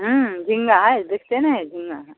झींगा है देखते नहीं झींगा है